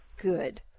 Good